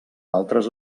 altres